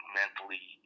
mentally